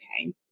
okay